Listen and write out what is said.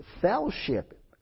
fellowship